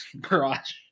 garage